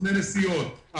סוכני הנסיעות,